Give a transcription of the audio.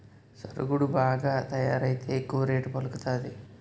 సరుగుడు బాగా తయారైతే ఎక్కువ రేటు పలుకుతాది